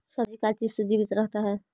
सब्जी का चीज से जीवित रहता है?